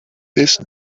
this